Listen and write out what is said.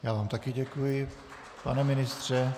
Já vám také děkuji, pane ministře.